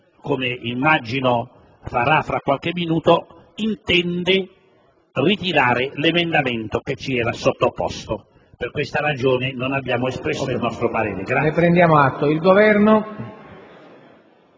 come immagino farà fra qualche minuto, intende ritirare l'emendamento 5.0.900 che ci era stato sottoposto. Per questa ragione non abbiamo espresso il nostro parere.